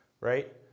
Right